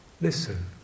listen